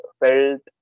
felt